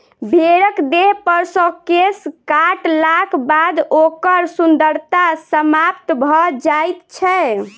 भेंड़क देहपर सॅ केश काटलाक बाद ओकर सुन्दरता समाप्त भ जाइत छै